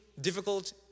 difficult